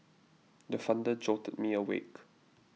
the thunder jolted me awake